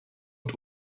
und